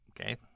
okay